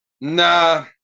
nah